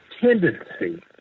tendency